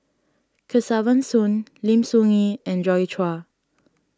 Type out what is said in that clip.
Kesavan Soon Lim Soo Ngee and Joi Chua